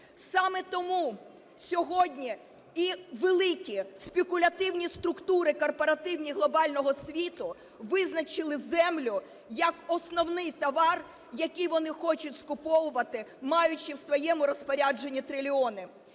Саме тому сьогодні і великі спекулятивні структури корпоративні глобального світу визначили землю як основний товар, який вони хочуть скуповувати, маючи в своєму розпорядженні трильйони.